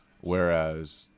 Whereas